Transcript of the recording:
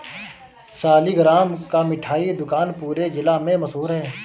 सालिगराम का मिठाई दुकान पूरे जिला में मशहूर है